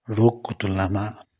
रोगको तुलनामा